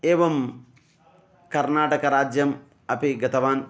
एवं कर्णाटकराज्यम् अपि गतवान्